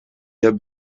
der